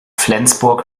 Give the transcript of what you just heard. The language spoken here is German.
flensburg